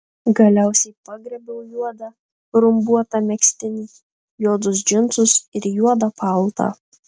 galiausiai pagriebiau juodą rumbuotą megztinį juodus džinsus ir juodą paltą